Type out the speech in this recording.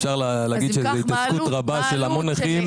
אפשר להגיד שזה התעסקות רבה של המון נכים